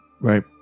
Right